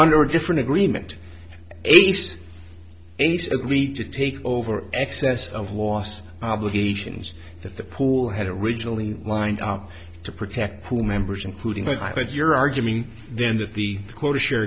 under a different agreement a nice agreed to take over excess of loss obligations that the poor had originally lined up to protect who members including but i bet your argument then that the closure